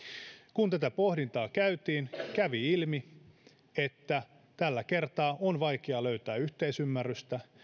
kun tätä pohdintaa käytiin kävi ilmi että tällä kertaa on vaikea löytää yhteisymmärrystä